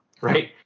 right